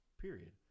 period